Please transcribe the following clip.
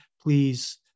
please